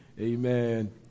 Amen